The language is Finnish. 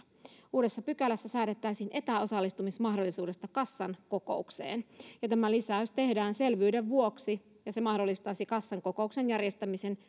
uudessa pykälässä säädettäisiin etäosallistumismahdollisuudesta kassan kokoukseen tämä lisäys tehdään selvyyden vuoksi ja se mahdollistaisi kassan kokouksen järjestämisen